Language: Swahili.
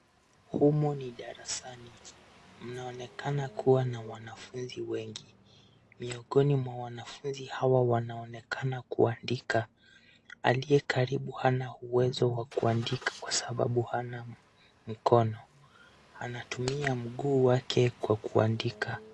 Humu ni darasani. Mnaonekana kuwa na wanafunzi wengi. Miongoni mwa wanafaunzi hawa wanaonekana kuandika. Aliye karibu hana uwezo wa kuandika kwa sababu hana mkono. Anatumia mguu wake kwa kuandika.